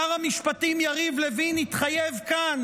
שר המשפטים יריב לוין התחייב כאן,